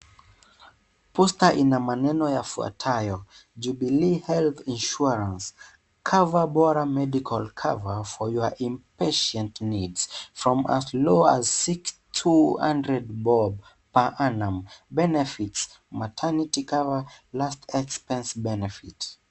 Posta ina mamneo yafuatayo Jubilee Health Insuarance, cover bora medical cover for your impatient needs, from as low as 6200 bob per annum, benefits, maternity cover, last expense benefits .